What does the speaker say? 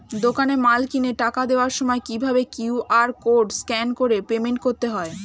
দোকানে মাল কিনে টাকা দেওয়ার সময় কিভাবে কিউ.আর কোড স্ক্যান করে পেমেন্ট করতে হয়?